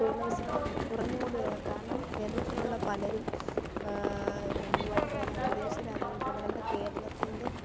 തൊഴിലവസരങ്ങൾ കുറഞ്ഞു കൊണ്ട് വരികയാണ് കാരണം കേരളത്തിലുള്ള പലരും എന്താണ് യുവാക്കളെല്ലാം വിദേശരാജ്യങ്ങളിൽ പോയിട്ട് നമ്മുടെ കേരളത്തിൻ്റെ